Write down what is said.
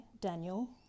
Daniel